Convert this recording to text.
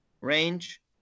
range